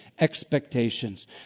expectations